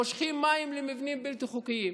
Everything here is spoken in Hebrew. מושכים מים למבנים בלתי חוקיים.